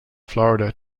florida